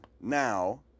now